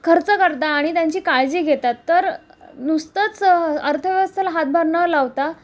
खर्च करता आणि त्यांची काळजी घेतात तर नुसतंच अर्थव्यवस्थेला हातभार न लावता